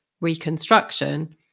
reconstruction